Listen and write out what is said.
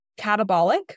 catabolic